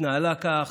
התנהלה כך,